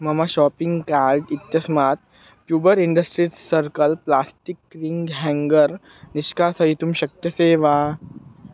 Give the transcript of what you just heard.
मम shopping cart इत्यस्मात् Cuber industries circle plastic ring hanger निष्कासयितुं शक्यसे वा